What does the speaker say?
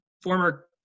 former